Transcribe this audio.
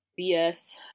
BS